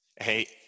Hey